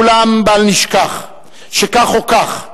ואולם בל נשכח שכך או כך,